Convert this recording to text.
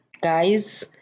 Guys